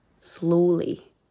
slowly